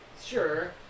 Sure